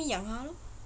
养他咯